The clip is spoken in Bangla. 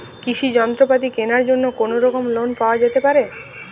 কৃষিযন্ত্রপাতি কেনার জন্য কোনোরকম লোন পাওয়া যেতে পারে?